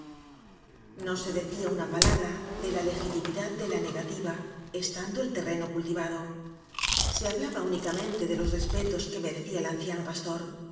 no se decía una palabra de la legitimidad de la negativa estando el terreno cultivado se hablaba únicamente de los respetos que mere cía el anciano pastor